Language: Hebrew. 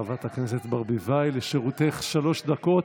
חברת הכנסת ברביבאי, לרשותך שלוש דקות,